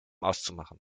auszumachen